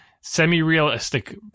semi-realistic